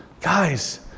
Guys